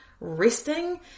resting